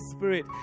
Spirit